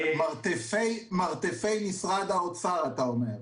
מרתפי משרד האוצר, אתה אומר.